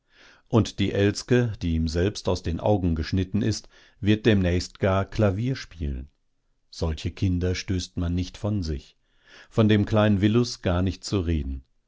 und die elske die ihm selbst aus den augen geschnitten ist wird demnächst gar klavier spielen solche kinder stößt man nicht von sich von dem kleinen willus gar nicht zu reden